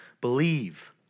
believe